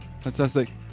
Fantastic